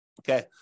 Okay